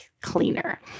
cleaner